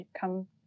come